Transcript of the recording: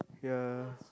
ya